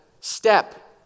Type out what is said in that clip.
step